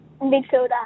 Midfielder